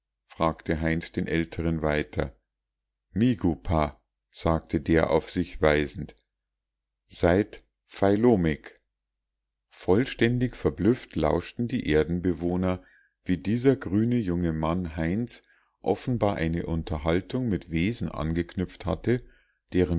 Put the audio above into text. frug heinz den alteren weiter migu pa sagte der auf sich weisend seit failo mig vollständig verblüfft lauschten die erdenbewohner wie dieser grüne junge mann heinz offenbar eine unterhaltung mit wesen angeknüpft hatte deren